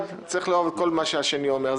צריך לאהוב את כל מה שהשני אומר.